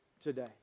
today